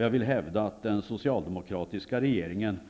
Jag vill hävda att den socialdemokratiska regeringen